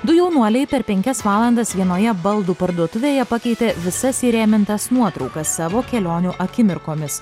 du jaunuoliai per penkias valandas vienoje baldų parduotuvėje pakeitė visas įrėmintas nuotraukas savo kelionių akimirkomis